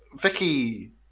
Vicky